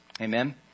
Amen